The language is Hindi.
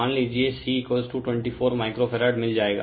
मान लीजिएC 24 माइक्रो फैरड मिल जाएगा